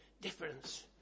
difference